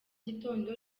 gitondo